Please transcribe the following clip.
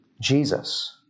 Jesus